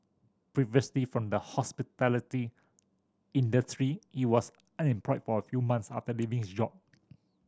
previously from the hospitality industry he was unemployed for a few months after leaving his job